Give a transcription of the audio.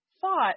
thought